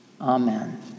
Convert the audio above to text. Amen